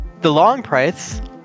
thelongprice